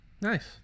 nice